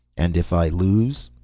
and if i lose?